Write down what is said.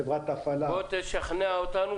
חברת ההפעלה --- בוא תשכנע אותנו,